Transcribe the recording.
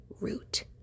root